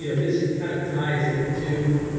you know this kind of ties into,